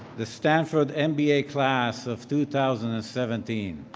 the stanford and mba class of two thousand and seventeen